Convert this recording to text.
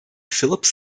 phillips